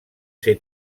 ser